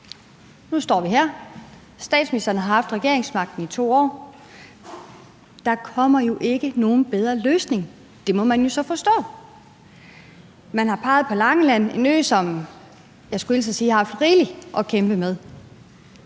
Nu står vi her. Statsministeren har haft regeringsmagten i 2 år. Der kommer jo ikke nogen bedre løsning; det må man jo så forstå. Man har peget på Langeland – en ø, som jeg skulle hilse at sige har haft rigeligt at kæmpe med.